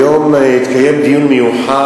היום התקיים בכנסת דיון מיוחד